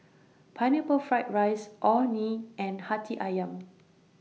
Pineapple Fried Rice Orh Nee and Hati Ayam